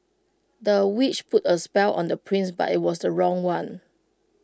the witch put A spell on the prince but IT was the wrong one